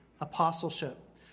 apostleship